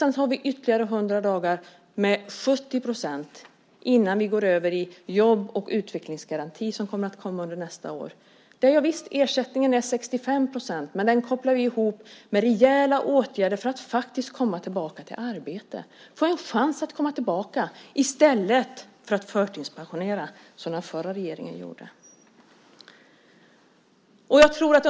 Sedan har vi ytterligare 100 dagar med 70 % innan vi går över i jobb och utvecklingsgarantin som kommer under nästa år. Javisst, ersättningen är 65 %, men vi kopplar ihop den med rejäla åtgärder för att man faktiskt ska komma tillbaka till arbete. Man ska få en chans att komma tillbaka i stället för att förtidspensioneras, som skedde under den förra regeringen.